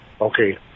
Okay